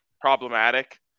problematic